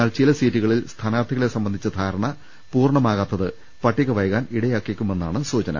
എന്നാൽ ചില സീറ്റുകളിൽ സ്ഥാനാർഥികളെ സംബന്ധിച്ച ധാരണ പൂർണമാകാ ത്തത് പട്ടിക വൈകാൻ ഇടയാക്കിയേക്കുമെന്നാണ് സൂചന